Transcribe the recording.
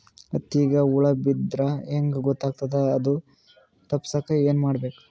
ಹತ್ತಿಗ ಹುಳ ಬಿದ್ದ್ರಾ ಹೆಂಗ್ ಗೊತ್ತಾಗ್ತದ ಅದು ತಪ್ಪಸಕ್ಕ್ ಏನ್ ಮಾಡಬೇಕು?